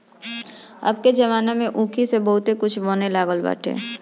अबके जमाना में तअ ऊखी से बहुते कुछ बने लागल बाटे